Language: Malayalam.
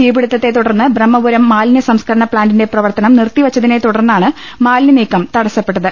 തീപിടുത്തതെ തുടർന്ന് ബ്രഹ്മപുരം മാലിന്യ സംസ്കരണ പ്പാന്റിന്റെ പ്രവർത്തനം നിർത്തിവെച്ചതിനെ തുടർന്നാണ് മാലി ന്യനീക്കം തടസ്സപ്പെട്ടത്